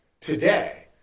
today